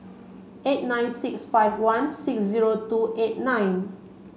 eight nine six five one six zero two eight nine